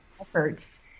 efforts